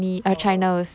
oh